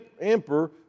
emperor